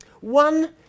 One